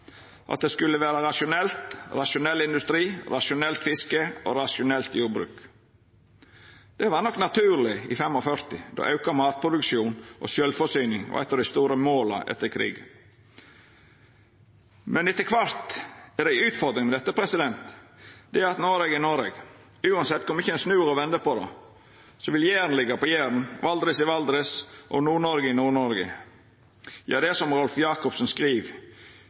Det skulle vera ein rasjonell industri, eit rasjonelt fiske og eit rasjonelt jordbruk. Det var nok naturleg i 1945, då auka matproduksjon og sjølvforsyning var eitt av dei store måla etter krigen. Men etter kvart er utfordringa med dette at Noreg er Noreg. Kor mykje ein snur og vender på det, vil Jæren liggja på Jæren, Valdres i Valdres og Nord-Noreg i Nord-Noreg. Ja, det er som Rolf Jacobsen skriv